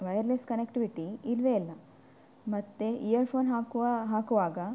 wireless connectivity ಇಲ್ಲವೇ ಇಲ್ಲ ಮತ್ತು ಇಯರ್ಫೋನ್ ಹಾಕುವಾಗ